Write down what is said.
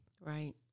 Right